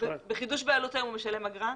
בחידוש בעלות היום הוא משלם אגרה?